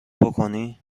بکنی